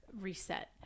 reset